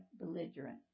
belligerent